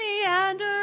meander